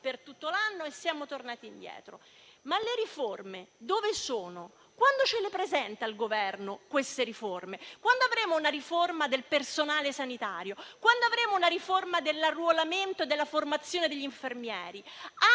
per tutto l'anno, e siamo tornati indietro. Ma le riforme dove sono? Il Governo quando ce le presenta, queste riforme? Quando avremo una riforma del personale sanitario? Quando avremo una riforma dell'arruolamento e della formazione degli infermieri?